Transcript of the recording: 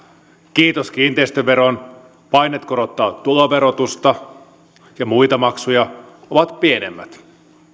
kiitos kiinteistöveron paineet korottaa tuloverotusta ja muita maksuja ovat pienemmät